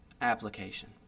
application